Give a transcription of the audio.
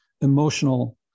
emotional